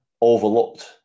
overlooked